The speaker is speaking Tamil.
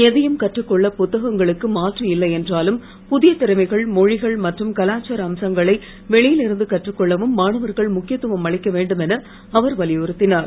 எதையும் கற்றுக் கொள்ள புத்தகங்களுக்கு மாற்று இல்லை என்றாலும் புதிய திறமைகள் மொழிகள் மற்றும் கலாச்சார அம்சங்களை வெளியில் இருந்து கற்றுக் கொள்ளவும் மாணவர்கள் முக்கியத்துவம் அளிக்க வேண்டும் என அவர் வலியுறுத்தினார்